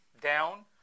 down